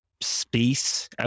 space